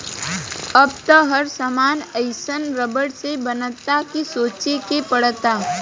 अब त हर सामान एइसन रबड़ से बनता कि सोचे के पड़ता